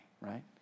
right